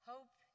Hope